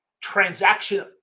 Transaction